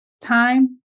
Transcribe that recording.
time